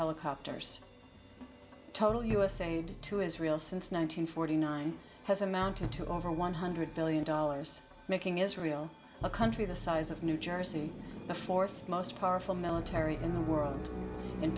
helicopters total us aid to israel since nine hundred forty nine has amounted to over one hundred billion dollars making israel a country the size of new jersey the fourth most powerful military in the world in